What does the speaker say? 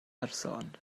person